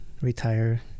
retire